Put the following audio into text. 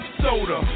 soda